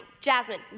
Jasmine